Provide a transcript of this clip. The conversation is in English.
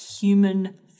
human